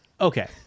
Okay